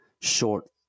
short